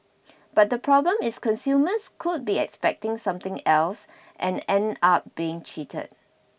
but the problem is consumers could be expecting something else and end up being cheated